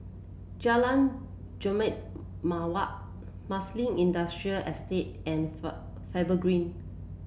Jalan Jambu Mawar Marsiling Industrial Estate and Far Faber Green